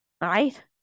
right